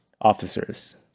officers